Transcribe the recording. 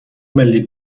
ملی